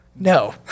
no